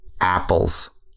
Apples